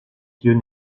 vieux